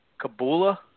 Kabula